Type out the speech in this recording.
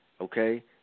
okay